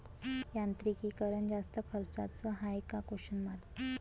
यांत्रिकीकरण जास्त खर्चाचं हाये का?